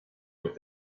with